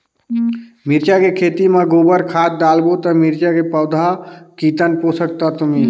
मिरचा के खेती मां गोबर खाद डालबो ता मिरचा के पौधा कितन पोषक तत्व मिलही?